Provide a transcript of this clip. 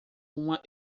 uma